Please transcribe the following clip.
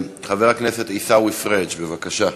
חבר הכנסת עיסאווי פריג', בבקשה.